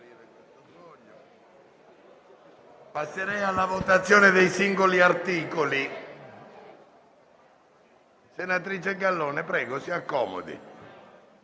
Grazie